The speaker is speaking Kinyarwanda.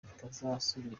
bitazasubira